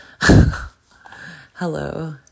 hello